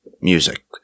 music